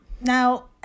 Now